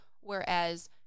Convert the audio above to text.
whereas